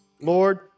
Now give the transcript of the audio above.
Lord